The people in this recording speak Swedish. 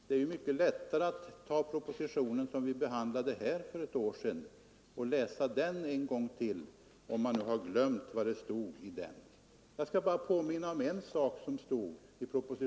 Det är ju mycket lättare att ta propositionen som vi behandlade här för ett år sedan och läsa den en gång till, om man nu har glömt vad som stod i den. Jag skall bara påminna om en sak.